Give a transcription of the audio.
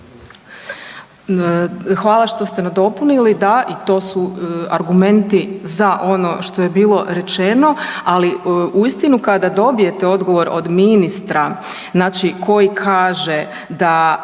Hvala što ste dopunili. Da, i to su argumenti za ono što je bilo rečeno, ali uistinu kada dobijete odgovor od ministra, znači koji kaže da